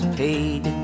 paid